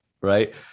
right